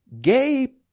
gay